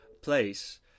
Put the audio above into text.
place